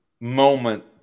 moment